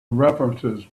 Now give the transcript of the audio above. references